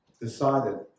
decided